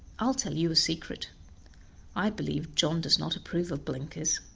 i'll tell you a secret i believe john does not approve of blinkers